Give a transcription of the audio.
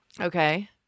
Okay